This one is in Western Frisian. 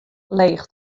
leech